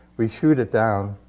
we shoot it down,